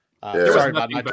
Sorry